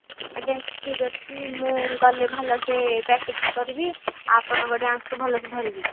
ଆଜ୍ଞା ସାର୍ ଠିକ୍ ଅଛି ମୁଁ ଗଲେ ଭଲସେ ପ୍ରାକ୍ଟିସ୍ କରିବି ଆପଣଙ୍କ ଡ୍ୟାନ୍ସକୁ ଭଲସେ ଧରିବି